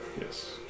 Yes